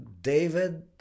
David